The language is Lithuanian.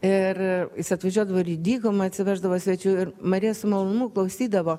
ir jis atvažiuodavo ir į dykumą atsiveždavo svečių ir marija su malonumu klausydavo